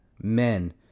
Men